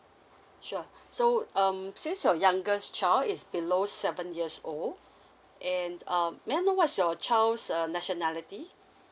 sure so um since your youngest child is below seven years old and um may I know what's your child's uh nationality